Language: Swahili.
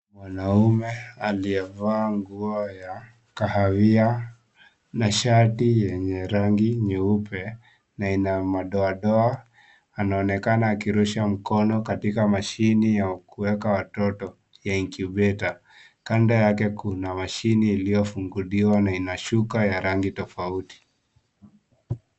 Mwanaume aliyevaa nguo ya kahawia na shati yenye rangi nyeupe na ina madoadoa anaonekana akirusha mkono katika mashini ya kueka watoto ya incubator . Kando yake kuna mashini iliyofunguliwa na ina shuka ya rangi tofauti.